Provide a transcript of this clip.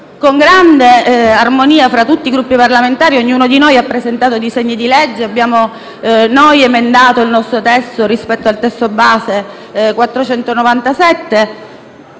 con grande armonia fra tutti i Gruppi parlamentari. Ognuno di noi ha presentato disegni di legge e noi abbiamo emendato il nostro testo rispetto al testo base n.